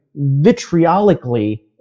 vitriolically